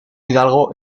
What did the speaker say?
hidalgo